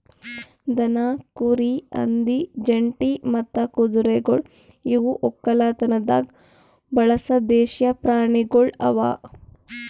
ದನ, ಕುರಿ, ಹಂದಿ, ಒಂಟಿ ಮತ್ತ ಕುದುರೆಗೊಳ್ ಇವು ಒಕ್ಕಲತನದಾಗ್ ಬಳಸ ದೇಶೀಯ ಪ್ರಾಣಿಗೊಳ್ ಅವಾ